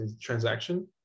transaction